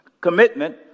commitment